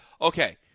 Okay